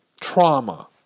trauma